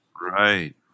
Right